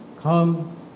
come